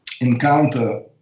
encounter